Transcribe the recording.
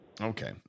okay